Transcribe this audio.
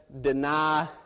deny